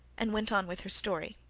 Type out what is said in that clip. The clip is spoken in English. and went on with her story.